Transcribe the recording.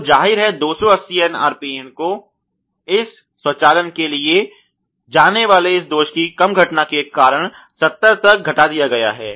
तो जाहिर है 280 RPN को इस स्वचालन के लिए जाने वाले इस दोष की कम घटना के कारण 70 तक घटा दिया गया है